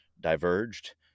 diverged